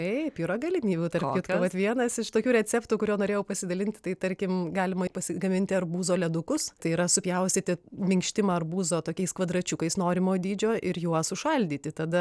taip yra galimybių tarp kitko vat vienas iš tokių receptų kuriuo norėjau pasidalinti tai tarkim galima pasigaminti arbūzo ledukus tai yra supjaustyti minkštimą arbūzo tokiais kvadračiukais norimo dydžio ir juos užšaldyti tada